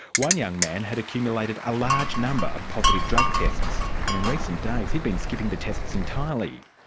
one young man had accumulated a large number of positive drug tests, and in recent days he'd been skipping the tests entirely.